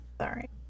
sorry